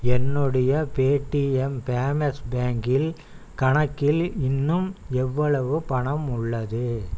என்னுடைய Paytm payments பேங்கில் கணக்கில் இன்னும் எவ்வளவு பணம் உள்ளது